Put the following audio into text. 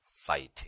Fighting